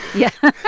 yeah,